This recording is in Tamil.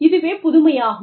இதுவே புதுமையாகும்